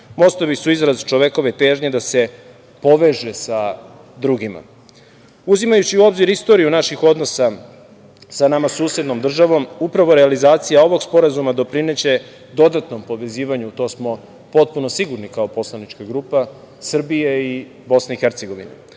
Mostovi su izraz čovekove težnje da se poveže sa drugima. Uzimajući u obzir istoriju odnosa sa nama susednom državom, upravo realizacija doprineće dodatnom povezivanju, u to smo potpuno sigurni, kao poslanička grupa, Srbije i BiH.Olakšaće